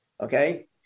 okay